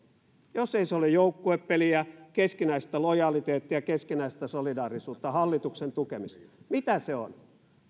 jos se ei ole joukkuepeliä keskinäistä lojaliteettia keskinäistä solidaarisuutta hallituksen tukemista mitä se on